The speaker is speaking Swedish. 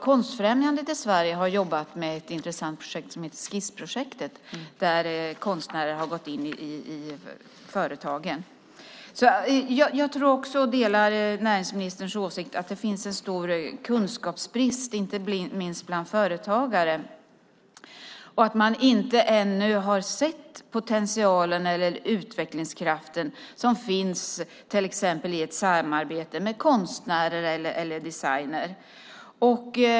Konstfrämjandet i Sverige har också jobbat med ett projekt som heter Skissprojektet där konstnärer har gått in i företagen. Jag delar näringsministerns åsikt att det finns en stor kunskapsbrist inte minst bland företagen. Man har ännu inte sett den potential och utvecklingskraft som finns i ett samarbete med konstnärer eller designer.